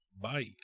Bye